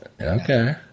Okay